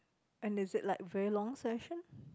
and is it like very long session